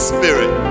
Spirit